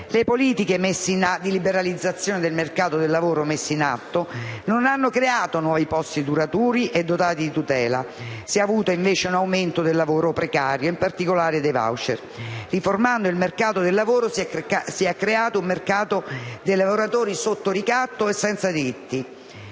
Le politiche di liberalizzazione del mercato del lavoro messe in atto non hanno creato nuovi posti duraturi e dotati di tutela; si è registrato, invece, un aumento del lavoro precario, in particolare dei *voucher*. Riformando il mercato del lavoro si è creato un mercato dei lavoratori sotto ricatto e senza diritti.